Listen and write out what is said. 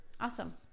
awesome